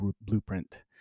blueprint